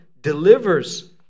delivers